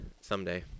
someday